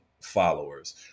followers